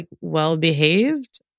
well-behaved